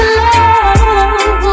love